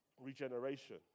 regeneration